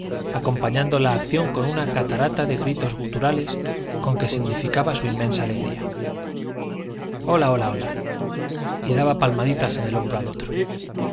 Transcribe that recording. acompañando la acción con una catarata de gritos guturales con que significaba su inmensa alegría hola hola hola y daba palmaditas en el hombro al otro